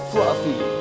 Fluffy